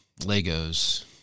Legos